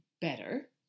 better